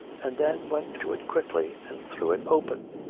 and then went to it quickly and threw it open.